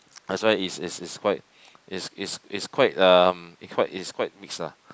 that's why is is is quite is is is quite um is quite is quite mix ah